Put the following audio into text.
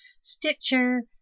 Stitcher